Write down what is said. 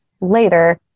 later